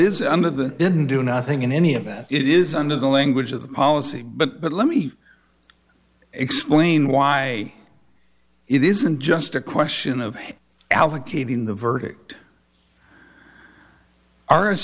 is under the didn't do nothing in any of that it is under the language of the policy but let me explain why it isn't just a question of allocating the verdict r s